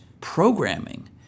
programming